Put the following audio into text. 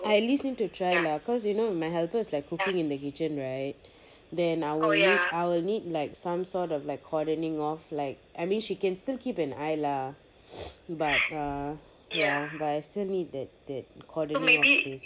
I at least need to try lah because you know my helper is like cooking in the kitchen right then I will need like some sort of cordoning off like I mean she can still keep an eye lah but err ya but I still need that cordoning off place